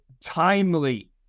timely